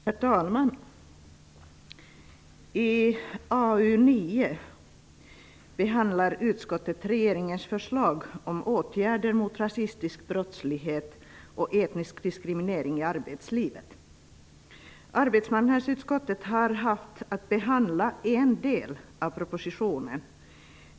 Herr talman! I AU9 behandlar utskottet regeringens förslag om åtgärder mot rasistisk brottslighet och etnisk diskriminering i arbetslivet. Arbetsmarknadsutskottet har haft att behandla en del av propositionen.